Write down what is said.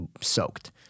soaked